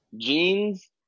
jeans